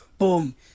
Boom